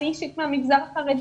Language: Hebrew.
אני אישית מהמגזר החרדי,